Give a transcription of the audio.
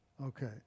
Okay